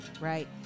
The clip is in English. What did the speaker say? right